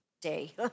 Day